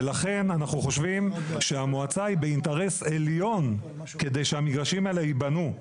ולכן אנחנו חושבים שהמועצה היא באינטרס עליון כדי שהמגרשים האלה ייבנו.